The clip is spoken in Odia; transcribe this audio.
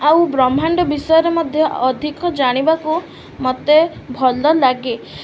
ଆଉ ବ୍ରହ୍ମାଣ୍ଡ ବିଷୟରେ ମଧ୍ୟ ଅଧିକ ଜାଣିବାକୁ ମୋତେ ଭଲ ଲାଗେ